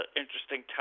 interesting